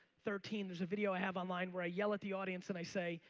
thirteen there's a video i have online where i yell at the audience and i say,